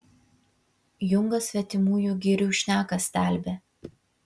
jungas svetimųjų girių šneką stelbė